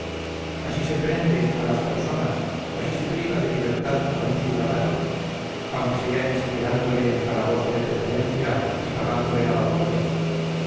así se prende a las personas así se priva de libertad a un ciudadano aunque sea enchiquerándole en calabozo de preferencia y pagándole la bazofia